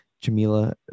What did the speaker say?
Jamila